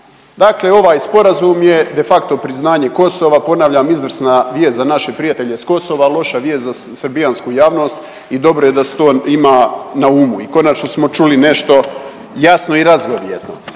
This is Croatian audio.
Dakle ovaj sporazum je de facto priznanje Kosova, ponavljam, izvrsna vijest za naše prijatelje s Kosova, loša vijest za srbijansku javnost i dobro je da se to ima na umu i konačno smo čuli nešto javno i razgovjetno.